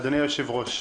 אדוני היושב-ראש,